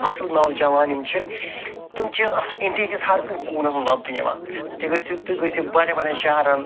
اصٕل نوجوان یِم چھِ تِم چھِ ٲں انڈیا ہکِس ہر کُنہِ کوٗنَس منٛز لبنہٕ یِوان تہِ گٔژھِو تُہۍ گٔژھِو بَڑیٚن بَڑیٚن شہرَن